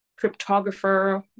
cryptographer